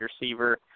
receiver